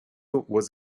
was